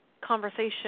conversation